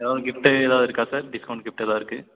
எதாவது கிஃப்ட்டு எதாவது இருக்கா சார் டிஸ்கௌண்ட் கிஃப்ட் எதாவது இருக்கு